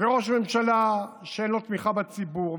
וראש ממשלה שאין לו תמיכה בציבור,